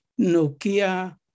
Nokia